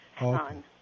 son